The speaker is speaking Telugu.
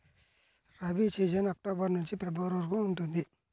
రబీ సీజన్ అక్టోబర్ నుండి ఫిబ్రవరి వరకు ఉంటుంది